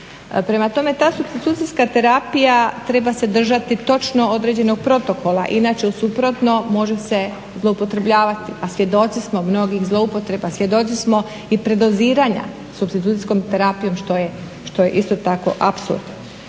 Prema tome, ta supstitucijska terapija treba se držati točno određenog protokola inače u suprotnom može se zloupotrebljavati, a svjedoci smo mnogih zloupotreba, svjedoci smo i predoziranja supstitucijskom terapijom što je isto tako apsurd.